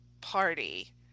party